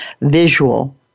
visual